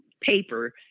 paper